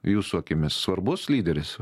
jūsų akimis svarbus lyderis